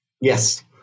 Yes